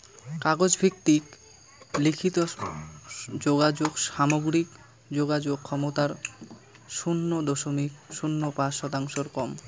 কাগজ ভিত্তিক লিখিত যোগাযোগ সামগ্রিক যোগাযোগ ক্ষমতার শুন্য দশমিক শূন্য পাঁচ শতাংশর কম